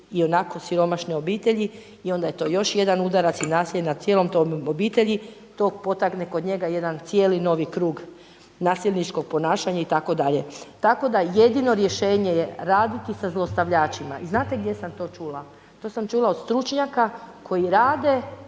i onako siromašne obitelji i onda je to još jedan udarac i nasilje nad cijelom tom obitelji. To potakne kod njega jedan cijeli novi krug nasilničkog ponašanja itd. Tako da je jedino rješenje raditi sa zlostavljačima. I znate gdje sam to čula? To sam čula od stručnjaka koji rade